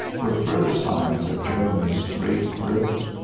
where further signs of germany's great thrift,